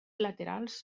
laterals